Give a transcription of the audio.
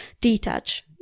detach